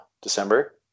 December